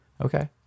Okay